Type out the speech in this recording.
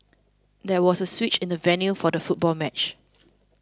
there was a switch in the venue for the football match